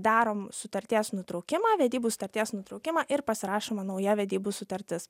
darom sutarties nutraukimą vedybų sutarties nutraukimą ir pasirašoma nauja vedybų sutartis